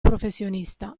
professionista